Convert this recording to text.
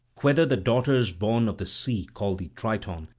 whether the daughters born of the sea call thee triton,